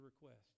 request